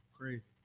crazy